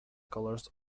colors